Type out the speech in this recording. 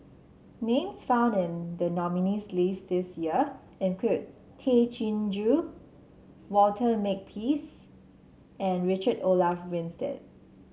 names found in the nominees' list this year include Tay Chin Joo Walter Makepeace and Richard Olaf Winstedt